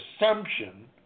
assumption